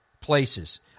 places